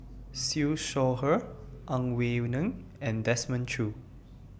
Siew Shaw Her Ang Wei Neng and Desmond Choo